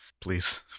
Please